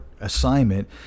assignment